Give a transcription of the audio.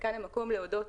וכאן המקום להודות